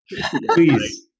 Please